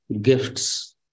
gifts